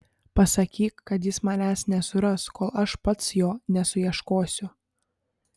pasakyk kad jis manęs nesuras kol aš pats jo nesuieškosiu